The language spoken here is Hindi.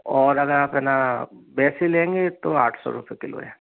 और अगर आप है ना वैसे लेंगे तो आठ सौ रुपये किलो है